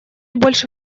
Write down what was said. больше